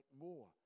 more